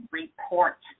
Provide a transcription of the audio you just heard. report